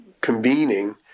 convening